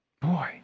Boy